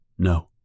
No